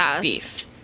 beef